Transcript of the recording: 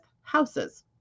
houses